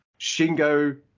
Shingo